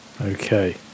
Okay